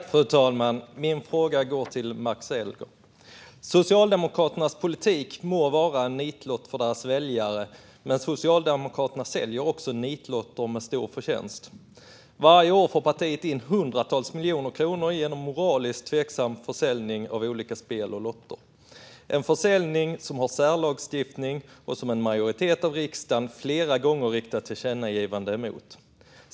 Fru talman! Min fråga går till Max Elger. Socialdemokraternas politik må vara en nitlott för deras väljare. Men Socialdemokraterna säljer också nitlotter med stor förtjänst. Varje år får partiet in hundratals miljoner kronor genom moraliskt tveksam försäljning av olika spel och lotter - en försäljning som omfattas av särlagstiftning och som en majoritet av riksdagen flera gånger riktat tillkännagivanden mot.